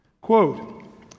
quote